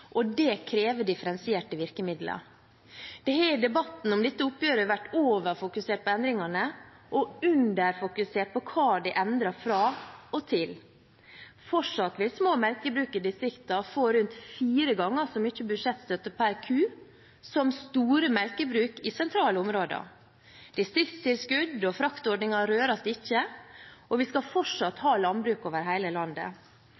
og det krever differensierte virkemidler. Det har i debatten om dette oppgjøret vært overfokusert på endringene og underfokusert på hva det er endret fra og til. Fortsatt vil små melkebruk i distriktene få rundt fire ganger så mye budsjettstøtte per ku som store melkebruk i sentrale områder. Distriktstilskudd og fraktordninger røres ikke. Vi skal fortsatt ha landbruk over hele landet.